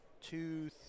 two